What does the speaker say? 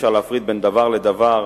ואי-אפשר להפריד בין דבר לדבר: